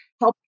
Help